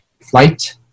flight